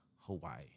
Hawaii